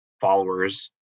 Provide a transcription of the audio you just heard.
followers